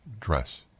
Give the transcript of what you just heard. dress